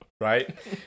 Right